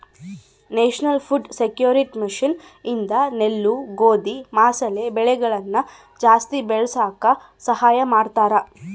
national food security mission ಇಂದ ನೆಲ್ಲು ಗೋಧಿ ಮಸಾಲೆ ಬೆಳೆಗಳನ ಜಾಸ್ತಿ ಬೆಳಸಾಕ ಸಹಾಯ ಮಾಡ್ತಾರ